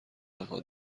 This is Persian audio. آنها